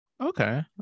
Okay